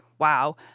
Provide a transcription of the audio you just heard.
Wow